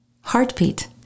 heartbeat